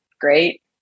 great